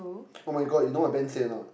oh my god you know what Ben say a not